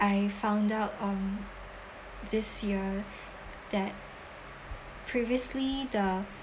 I found out um this year that previously the